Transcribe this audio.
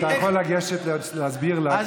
אתה יכול ללכת להסביר לה,